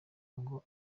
ngo